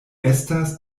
estas